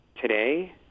Today